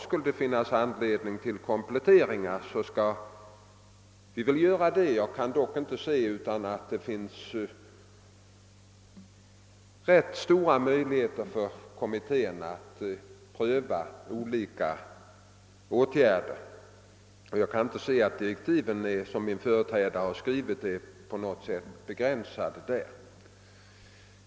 Skulle det finnas anledning till kompletteringar, skall vi göra sådana. Jag kan dock inte inse annat än att det finns rätt stora möjligheter för kommittén att pröva olika åtgärder; såvitt jag förstår är inte de direktiv som min företrädare skrivit på något sätt starkt begränsade.